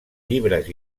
llibres